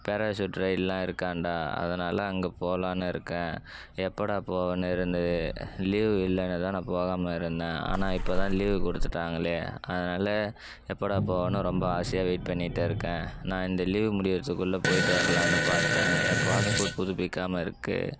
parachute ரைடுலாம் இருக்காம்டா அதனால் அந்த போகலான்னு இருக்கேன் எப்போடா போவேன்னு இருந்தது லீவு இல்லைன்னு தான் நான் போகாமல் இருந்தேன் ஆனால் இப்போ தான் லீவு கொடுத்துட்டாங்களே அதனால் எப்போடா போவேன்னு ரொம்ப ஆசையாக வெயிட் பண்ணிவிட்டு இருக்கேன் நான் இந்த லீவு முடிகிறதுக்குள்ள போய்ட்டு வரலாம்ன்னு பார்த்தேன் என் பாஸ்போட் புதுப்பிக்காமல் இருக்குது